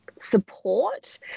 support